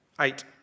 eight